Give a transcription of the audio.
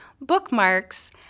bookmarks